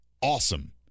awesome